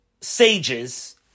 sages